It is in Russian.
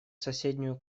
соседнюю